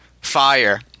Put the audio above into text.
fire